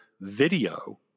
video